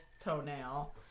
toenail